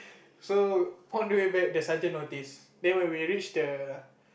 so on the way back the sergeant noticed then when we reach the